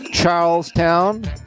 Charlestown